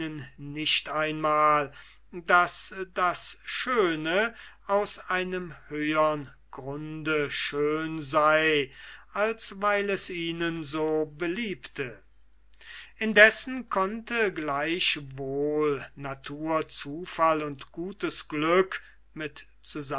nicht daß das schöne aus einem höhern grunde schön sei als weil es ihnen so beliebte dieses alles ungeachtet konnte natur zufall und gutes glück mit